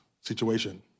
situation